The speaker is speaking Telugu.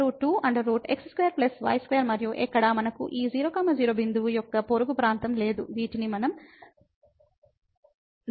A2x2y2 మరియు ఎక్కడా మనకు ఈ 00 బిందువు యొక్క పొరుగు ప్రాంతం లేదు వీటిని మనం δ తో బంధించవచ్చు